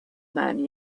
man